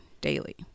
daily